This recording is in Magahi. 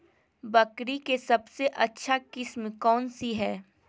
बकरी के सबसे अच्छा किस्म कौन सी है?